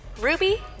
Ruby